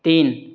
तीन